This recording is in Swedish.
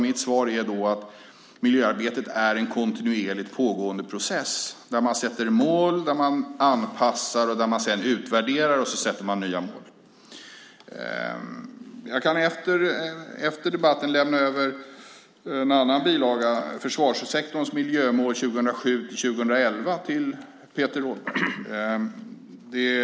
Mitt svar är att miljöarbetet är en kontinuerligt pågående process där man sätter mål, anpassar sig efter dem, utvärderar och sedan sätter nya mål. Jag kan efter debatten lämna över en annan bilaga som handlar om försvarssektorns miljömål 2007-2011 till Peter Rådberg.